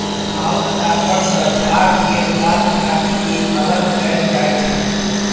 हाउल topper सँ झाड़ केर पात काटि के अलग कएल जाई छै